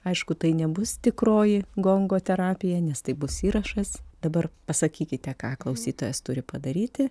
aišku tai nebus tikroji gongo terapija nes tai bus įrašas dabar pasakykite ką klausytojas turi padaryti